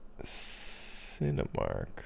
Cinemark